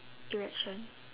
election